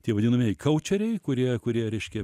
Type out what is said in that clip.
tie vadinamieji kaučeriai kurie kurie reiškia